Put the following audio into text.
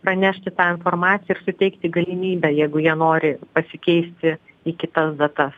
pranešti tą informaciją ir suteikti galimybę jeigu jie nori pasikeisti į kitas datas